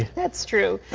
that's true.